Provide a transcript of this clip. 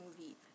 movie